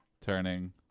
turning